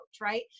right